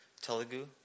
Telugu